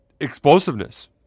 explosiveness